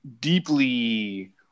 deeply